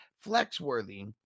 flex-worthy